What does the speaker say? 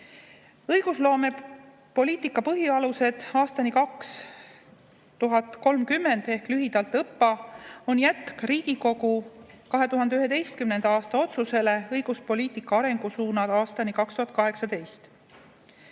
korraldamisel."Õigusloomepoliitika põhialused aastani 2030" ehk lühidalt ÕPPA on jätk Riigikogu 2011. aasta otsusele "Õiguspoliitika arengusuunad aastani 2018".